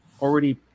already